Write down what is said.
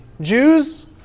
Jews